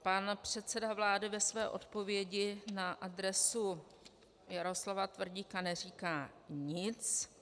Pan předseda vlády ve své odpovědi na adresu Jaroslava Tvrdíka neříká nic.